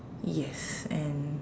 yes and